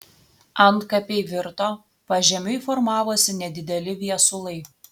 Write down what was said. antkapiai virto pažemiui formavosi nedideli viesulai